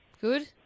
Good